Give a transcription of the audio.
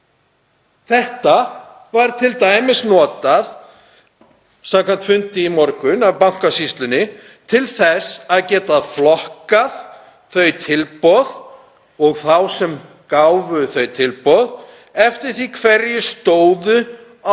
Þetta var t.d. notað, samkvæmt fundi í morgun, af Bankasýslunni til þess að geta flokkað þau tilboð og þá sem gerðu þau tilboð eftir því hverjir stóðu á